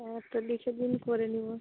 হ্যাঁ তো লিখে দিন করে নিবো